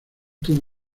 tuvo